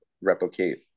replicate